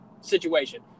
situation